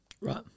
Right